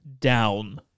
down